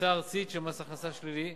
פריסה ארצית של מס הכנסה שלילי,